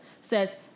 says